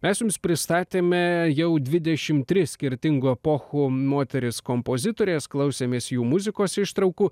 mes jums pristatėme jau dvidešim tris skirtingų epochų moteris kompozitorės klausėmės jų muzikos ištraukų